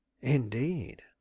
Indeed